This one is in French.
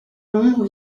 londres